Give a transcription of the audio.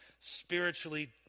spiritually